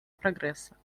прогресса